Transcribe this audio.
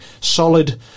solid